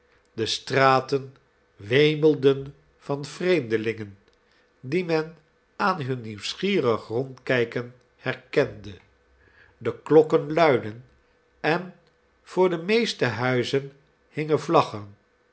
de straten wemelden van vreemdelingen die men aan hun nieuwsgierig rondkijken herkende de klokken luidden en voor de meeste huizen hingen vlaggen